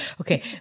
Okay